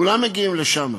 כולם מגיעים לשם,